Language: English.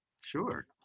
Sure